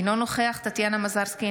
אינו נוכח טטיאנה מזרסקי,